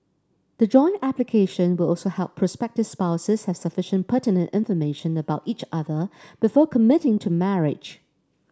the joint application will also help prospective spouses have sufficient pertinent information about each other before committing to marriage